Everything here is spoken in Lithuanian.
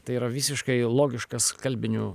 tai yra visiškai logiškas kalbiniu